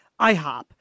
IHOP